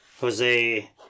Jose